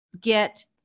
get